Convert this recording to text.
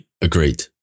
Agreed